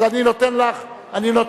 אז אני נותן לך לדבר,